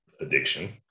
addiction